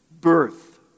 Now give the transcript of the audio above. birth